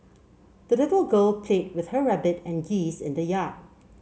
the little girl played with her rabbit and geese in the yard